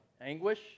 anguish